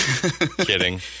Kidding